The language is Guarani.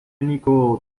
niko